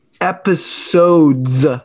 episodes